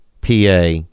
PA